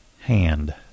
Hand